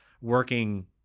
working